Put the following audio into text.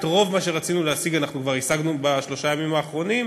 את רוב מה שרצינו להשיג אנחנו כבר השגנו בשלושת הימים האחרונים.